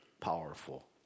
powerful